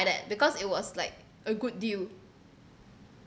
like that because it was like a good deal